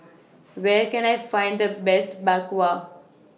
Where Can I Find The Best Bak Kwa